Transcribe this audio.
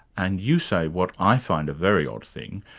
and you say what i find a very odd thing,